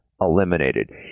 eliminated